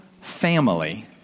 family